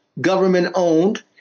government-owned